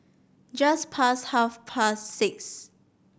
just past half past six